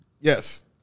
Yes